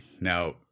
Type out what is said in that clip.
now